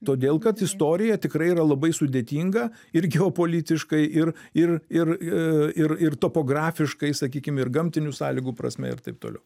todėl kad istorija tikrai yra labai sudėtinga ir geopolitiškai ir ir ir ir ir topografiškai sakykim ir gamtinių sąlygų prasme ir taip toliau